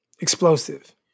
Explosive